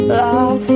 love